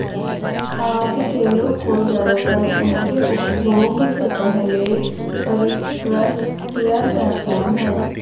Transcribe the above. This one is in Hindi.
खाद्य तेलों को ज्यादातर उनके उपभोग से पहले परिष्कृत किया जाता है